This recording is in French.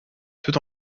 toute